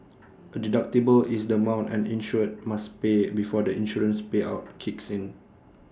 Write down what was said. A deductible is the amount an insured must pay before the insurance payout kicks in